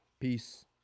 Peace